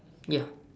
yeah